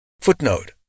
Footnote